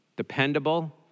Dependable